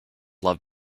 love